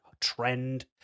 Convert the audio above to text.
trend